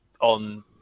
on